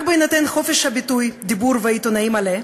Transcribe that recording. רק בהינתן חופש ביטוי, דיבור ועיתונאי, מלא,